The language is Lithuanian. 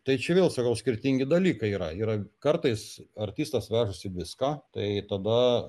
tai čia vėl sakau skirtingi dalykai yra yra kartais artistas vežasi viską tai tada